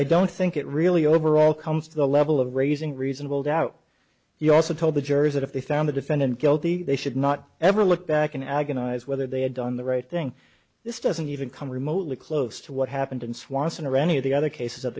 i don't think it really overall comes to the level of raising reasonable doubt you also told the jurors that if they found the defendant guilty they should not ever look back in agonized whether they had done the right thing this doesn't even come remotely close to what happened in swanson or any of the other cases that